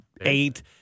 eight